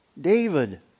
David